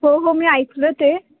हो हो मी ऐकलं ते